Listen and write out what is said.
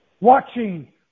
watching